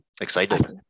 excited